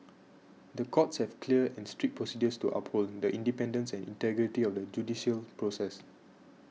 the courts have clear and strict procedures to uphold the independence and integrity of the judicial process